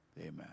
Amen